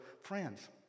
friends